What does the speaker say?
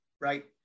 right